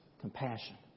compassion